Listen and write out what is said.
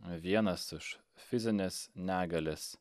vienas iš fizinės negalės